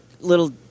little